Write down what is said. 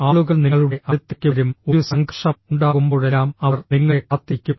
ആളുകൾ നിങ്ങളുടെ അടുത്തേക്ക് വരും ഒരു സംഘർഷം ഉണ്ടാകുമ്പോഴെല്ലാം അവർ നിങ്ങളെ കാത്തിരിക്കും